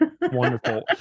Wonderful